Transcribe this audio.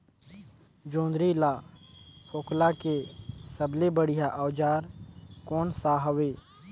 जोंदरी ला फोकला के सबले बढ़िया औजार कोन सा हवे?